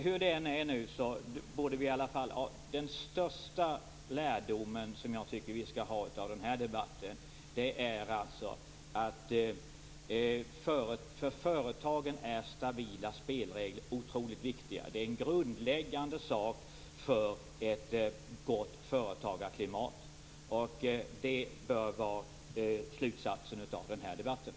Hur som helst så borde vi dra den viktigaste lärdomen av denna debatt, nämligen att stabila spelregler är otroligt betydelsefulla för företagen. Detta är grundläggande för ett gott företagarklimat. Det bör vara slutsatsen av den här debatten.